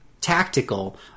tactical